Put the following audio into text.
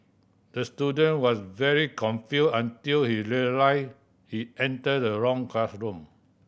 the student was very confused until he realised he entered the wrong classroom